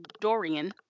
Dorian